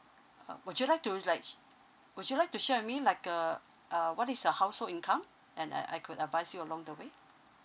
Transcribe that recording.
uh would you like to like sh~ would you like to share with me like uh uh what is your household income and I I could advise you along the way